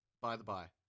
by-the-by